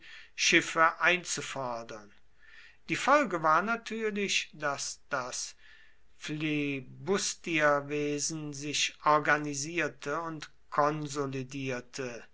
schiffe einzufordern die folge war natürlich daß das flibustierwesen sich organisierte und konsolidierte